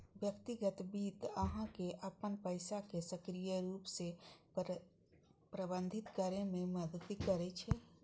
व्यक्तिगत वित्त अहां के अपन पैसा कें सक्रिय रूप सं प्रबंधित करै मे मदति करै छै